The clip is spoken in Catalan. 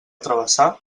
travessà